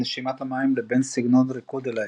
נשימת המים לבין סגנון 'ריקוד אל האש',